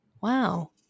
wow